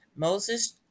Moses